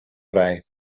vrij